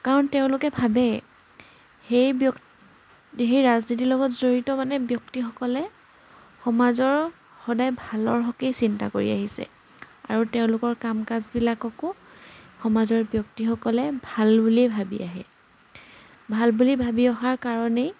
কাৰণ তেওঁলোকে ভাবে সেই ব্যক্ সেই ৰাজনীতিৰ লগত জড়িত মানে ব্যক্তিসকলে সমাজৰ সদায় ভালৰ হকেই চিন্তা কৰি আহিছে আৰু তেওঁলোকৰ কাম কাজবিলাককো সমাজৰ ব্যক্তিসকলে ভাল বুলিয়েই ভাবি আহে ভাল বুলি ভাবি অহাৰ কাৰণেই